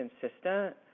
consistent